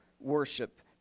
worship